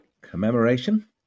commemoration